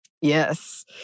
Yes